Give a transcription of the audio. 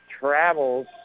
travels